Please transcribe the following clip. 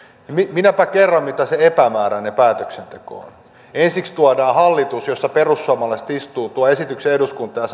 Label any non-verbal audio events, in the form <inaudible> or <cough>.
minäpä kerron mitä se epämääräinen päätöksenteko on ensiksi hallitus jossa perussuomalaiset istuu tuo esityksen eduskuntaan ja <unintelligible>